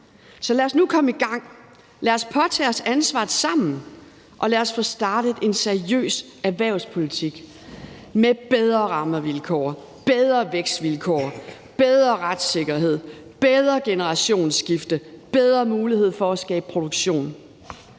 Så lad os nu komme i gang, lad os påtage os ansvaret sammen, og lad os få startet en seriøs erhvervspolitik med bedre rammevilkår, bedre vækstvilkår, bedre retssikkerhed, bedre generationsskifte, bedre mulighed for at skabe produktion.